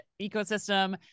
ecosystem